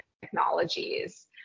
technologies